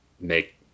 make